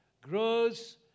grows